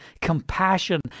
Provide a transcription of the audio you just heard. compassion